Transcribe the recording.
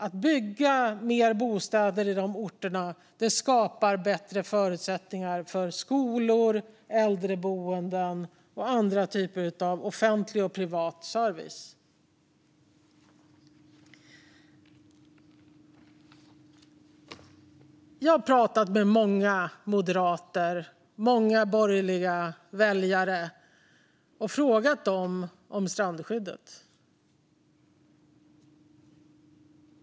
Att bygga mer bostäder i de orterna skapar bättre förutsättningar för skolor, äldreboenden och andra typer av offentlig och privat service. Jag har pratat med många moderater och borgerliga väljare och frågat dem om strandskyddet.